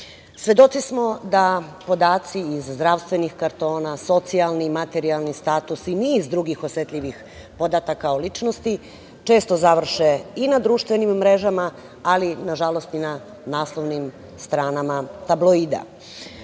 mesto. Svedoci smo da podaci iz zdravstvenih kartona, socijalni i materijalni status i niz drugih osetljivih podataka o ličnosti često završe i na društvenim mrežama, ali nažalost i na naslovnim stranama tabloida.